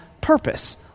purpose